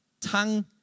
tongue